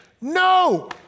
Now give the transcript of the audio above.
No